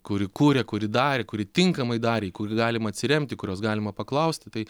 kuri kūrė kuri darė kuri tinkamai darė į kur galima atsiremti kurios galima paklausti tai